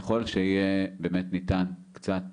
ככל שיהיה ניתן קצת